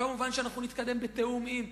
כמובן, נתקדם בתיאומים.